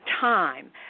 time